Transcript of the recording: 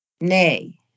Nay